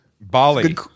Bali